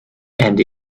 and